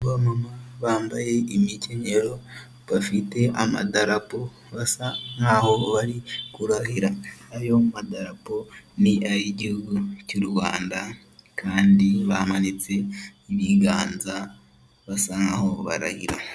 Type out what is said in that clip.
Abamama bambaye imikenyero bafite amadarapo basa nkaho bari kurahira ayo madarapo ni ayi guhugu cy'u Rwanda kandi bamanitse ibiganza basa nkaho barahira.